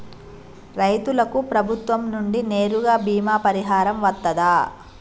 రైతులకు ప్రభుత్వం నుండి నేరుగా బీమా పరిహారం వత్తదా?